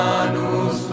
Manus